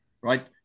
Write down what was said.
right